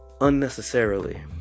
unnecessarily